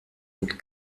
und